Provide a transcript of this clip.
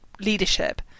leadership